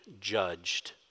judged